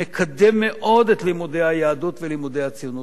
שמקדם מאוד את לימודי היהדות ולימודי הציונות.